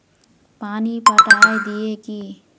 पानी पटाय दिये की?